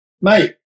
Mate